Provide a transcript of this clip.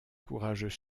courageux